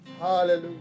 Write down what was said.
Hallelujah